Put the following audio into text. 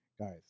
guys